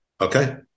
okay